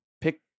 pick